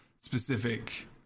specific